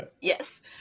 Yes